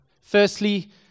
Firstly